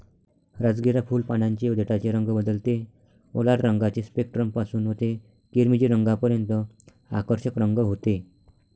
राजगिरा फुल, पानांचे व देठाचे रंग बदलते व लाल रंगाचे स्पेक्ट्रम पासून ते किरमिजी रंगापर्यंत आकर्षक रंग होते